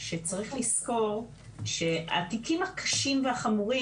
שצריך לזכור שהתיקים הקשים והחמורים,